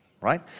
Right